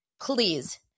please